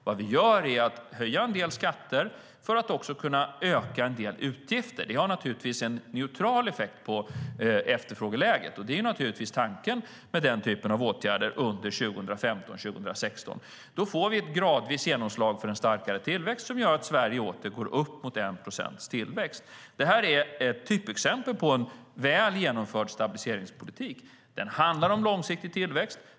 Vad vi gör är att höja en del skatter för att också kunna öka en del utgifter. Det har naturligtvis en neutral effekt på efterfrågeläget. Det är naturligtvis tanken med den typen av åtgärder under 2015 och 2016. Då får vi ett gradvist genomslag för en starkare tillväxt som gör att Sverige åter går upp mot 1 procents tillväxt. Det här är ett typexempel på en väl genomförd stabiliseringspolitik. Det handlar om långsiktig tillväxt.